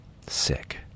sick